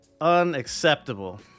unacceptable